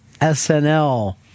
SNL